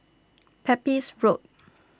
Pepys Road